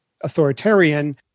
authoritarian